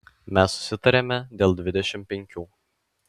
mes susitarėme dėl dvidešimt penkių